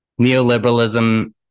neoliberalism